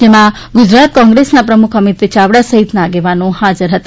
જેમાં ગુજરાત કોંગ્રેસના પ્રમુખ અમિત યાવડા સહિતના આગેવાન હાજર હતા